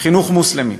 חינוך מוסלמי.